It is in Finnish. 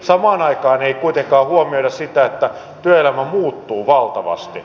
samaan aikaan ei kuitenkaan huomioida sitä että työelämä muuttuu valtavasti